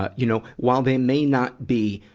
ah you know, while they may not be,